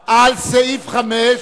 על סעיף 5,